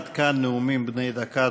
עד כאן נאומים בני דקה.